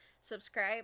subscribe